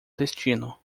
destino